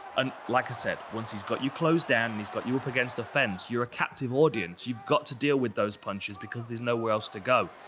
and, like i said, once he's got you closed down and he's got you up against the fence, you're a captive audience. you've got to deal with those punches because there's nowhere else to go.